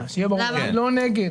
אני לא נגד